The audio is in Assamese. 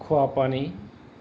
খোৱা পানী